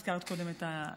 את הזכרת קודם את התרופה,